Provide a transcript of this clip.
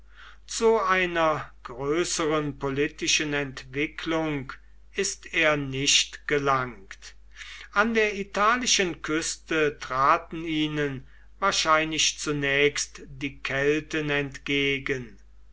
zu einer größeren politischen entwicklung ist er nicht gelangt an der italischen küste traten ihnen wahrscheinlich zunächst die kelten entgegen